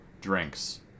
drinks